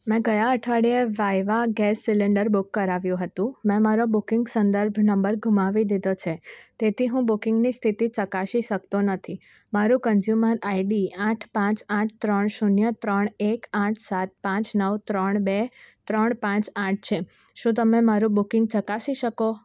મેં ગયા અઠવાડિયે વાઇવા ગેસ સિલિન્ડર બુક કરાવ્યું હતું મેં મારો બુકિંગ સંદર્ભ નંબર ગુમાવી દીધો છે તેથી હું બુકિંગની સ્થિતિ ચકાસી શકતો નથી મારું કન્ઝ્યુમર આઈડી આઠ પાંચ આઠ ત્રણ શૂન્ય ત્રણ એક આઠ સાત પાંચ નવ ત્રણ બે ત્રણ પાંચ આઠ છે શું તમે મારું બુકિંગ ચકાસી શકો